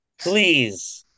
please